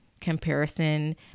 comparison